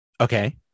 Okay